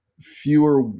fewer